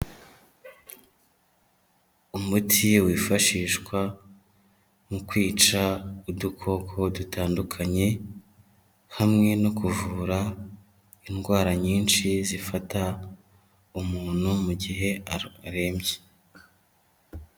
Umuti wifashishwa mu kwica udukoko dutandukanye hamwe no kuvura indwara nyinshi zifata umuntu mu gihe arembye.